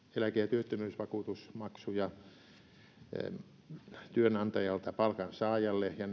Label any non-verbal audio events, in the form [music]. työttömyysvakuutusmaksuja työnantajalta palkansaajalle ja [unintelligible]